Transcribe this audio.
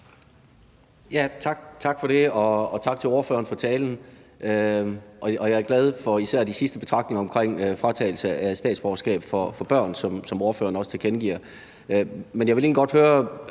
Tak for det, og tak til ordføreren for talen. Jeg er glad for især de sidste betragtninger omkring fratagelse af statsborgerskab for børn, som ordføreren tilkendegiver.